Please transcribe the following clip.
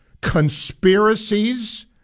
conspiracies